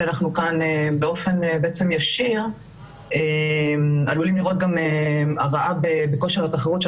שאנחנו כאן באופן ישיר עלולים לראות גם הרעה בכושר התחרות של